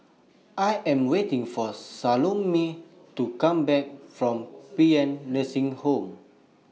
I Am waiting For Salome to Come Back from Paean Nursing Home